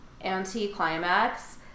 anti-climax